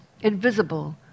invisible